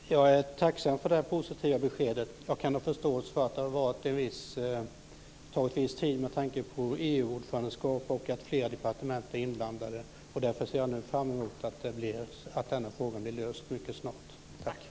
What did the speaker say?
Fru talman! Jag är tacksam för det positiva beskedet. Jag kan ha förståelse för att det har tagit viss tid, med tanke på EU-ordförandeskapet och att flera departement är inblandade. Jag ser därför nu fram mot att denna fråga blir löst mycket snart.